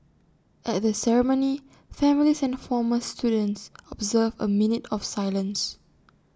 at the ceremony families and former students observed A minute of silence